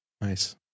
Nice